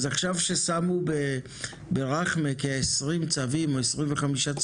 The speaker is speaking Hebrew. אז עכשיו ששמו ברכמה כ-25 צווים,